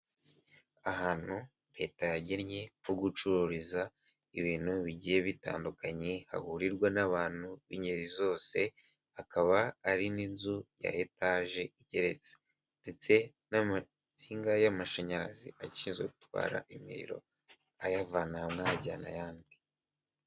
Ahantu leta yagenye ho gucururiza ibintu bigiye bitandukanye, hahurirwa n'abantu b'ingeri zose hakaba ari n'inzu ya etaje igeretse ndetse n'amasinga y'amashanyarazi akitwara imiriro ayavanamo ajyana ayandi.